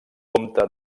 comte